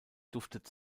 duftet